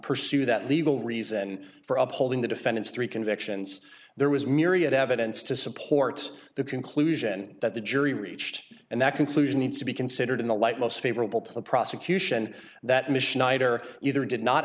pursue that legal reason for upholding the defendant's three convictions there was myriad evidence to support the conclusion that the jury reached and that conclusion needs to be considered in the light most favorable to the prosecution that michelle knight or either did not